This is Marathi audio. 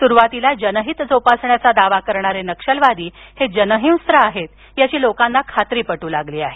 सुरुवातीला जनहित जोपासण्याचा दावा करणारे नक्षलवादी जनहिंस्त्र आहेत याची लोकांना खातरी पटू लागली आहे